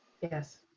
Yes